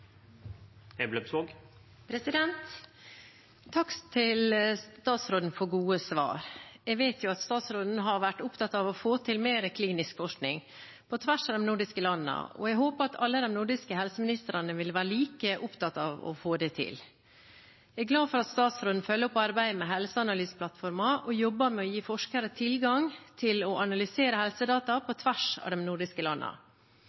Takk til statsråden for gode svar. Jeg vet jo at statsråden har vært opptatt av å få til mer klinisk forskning på tvers av de nordiske landene, og jeg håper at alle de nordiske helseministrene vil være like opptatt av å få det til. Jeg er glad for at statsråden følger opp arbeidet med Helseanalyseplattformen og jobber med å gi forskere tilgang til å analysere helsedata